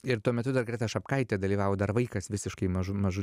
ir tuo metu dar greta šapkaitė dalyvavo dar vaikas visiškai mažu mažu